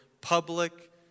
public